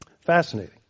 Fascinating